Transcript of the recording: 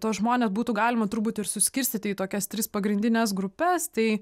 tuos žmones būtų galima turbūt ir suskirstyti į tokias tris pagrindines grupes tai